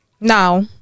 now